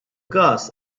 każ